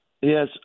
Yes